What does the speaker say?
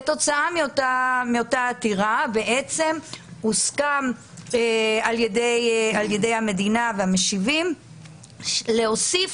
כתוצאה מאותה עתירה הוסכם על ידי המדינה והמשיבים להוסיף